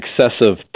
excessive